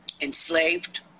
enslaved